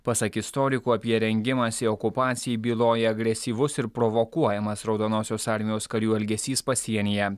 pasak istorikų apie rengimąsi okupacijai byloja agresyvus ir provokuojamas raudonosios armijos karių elgesys pasienyje